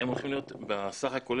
להיות בסך הכול